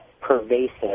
pervasive